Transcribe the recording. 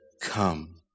come